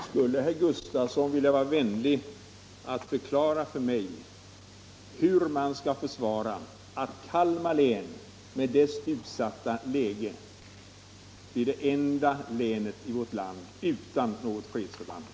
Herr talman! Skulle herr Gustafsson i Uddevalla vilja vara vänlig att tala om för mig hur man skall motivera att Kalmar län med dess utsatta läge blir det enda länet i vårt land utan något fredsförband.